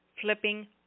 flipping